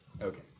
Okay